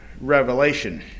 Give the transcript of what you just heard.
Revelation